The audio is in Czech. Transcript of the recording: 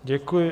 Děkuji.